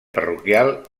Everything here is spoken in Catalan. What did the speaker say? parroquial